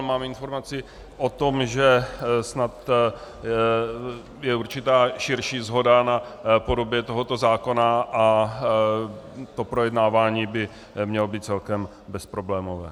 Mám informaci o tom, že snad je určitá širší shoda na podobě tohoto zákona a projednávání by mělo být celkem bezproblémové.